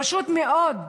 פשוט מאוד,